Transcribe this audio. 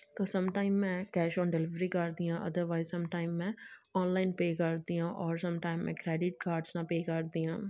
ਅਤੇ ਸਮਟਾਈਮ ਮੈਂ cash on delivery ਕਰਦੀ ਹਾਂ ਅਦਰਵਾਈਜ਼ ਸਮਟਾਈਮ ਮੈਂ ਆਨਲਾਈਨ ਪੇ ਕਰਦੀ ਹਾਂ ਔਰ ਸਮਟਾਈਮ ਮੈਂ ਕ੍ਰੈਡਿਟ ਕਾਰਡਸ ਨਾਲ ਪੇ ਕਰਦੀ ਹਾਂ